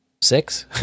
Six